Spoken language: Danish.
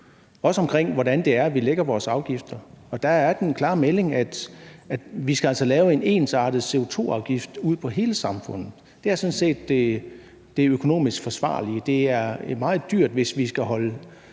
også omkring hvordan vi lægger vores afgifter. Og der er den klare melding, at vi altså skal lægge en ensartet CO2-afgift ud på hele samfundet. Det er sådan set det økonomisk forsvarlige. Det er meget dyrt, hvis vi skal holde